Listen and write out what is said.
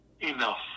enough